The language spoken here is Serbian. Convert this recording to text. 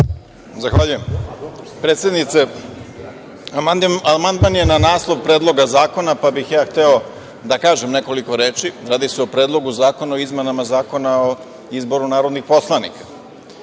Zahvaljujem, predsednice. Amandman je na naslov Predloga zakona, pa bih ja hteo da kažem nekoliko reči, radi se o Predlogu zakona o izmenama Zakona o izboru narodnih poslanika.U